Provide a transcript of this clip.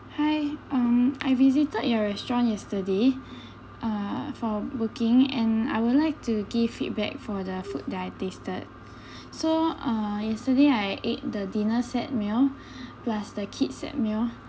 um I visited your restaurant yesterday uh for booking and I would like to give feedback for the food that I tasted so uh yesterday I ate the dinner set meal plus the kids set meal